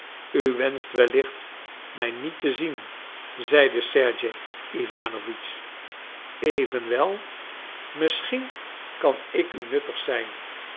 u wenscht wellicht mij niet te zien zeide sergej iwanowitsch evenwel misschien kan ik u nuttig zijn